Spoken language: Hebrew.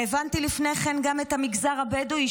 והבנתי לפני כן גם את המגזר הבדואי,